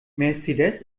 mercedes